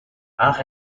анх